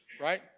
right